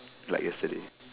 like yesterday